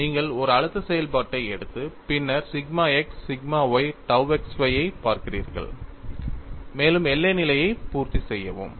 நீங்கள் ஒரு அழுத்த செயல்பாட்டை எடுத்து பின்னர் sigma x sigma y tau xy ஐப் பார்ப்பீர்கள் மேலும் எல்லை நிலையை பூர்த்தி செய்வோம்